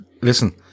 Listen